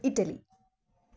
Italy